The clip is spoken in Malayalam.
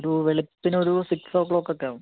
ഒരു വെളുപ്പിനൊരു സിക്സ് ഓ ക്ലോക്ക് ഒക്കെ ആവും